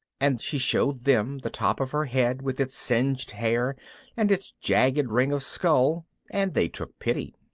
and she showed them the top of her head with its singed hair and its jagged ring of skull and they took pity.